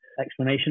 explanation